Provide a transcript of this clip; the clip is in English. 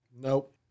Nope